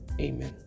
Amen